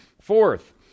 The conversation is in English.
Fourth